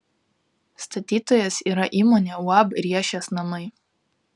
statytojas yra įmonė uab riešės namai